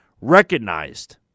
recognized